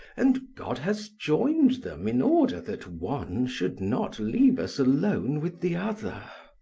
and god has joined them in order that one should not leave us alone with the other.